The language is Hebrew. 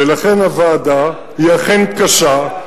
ולכן הוועדה, היא אכן קשה,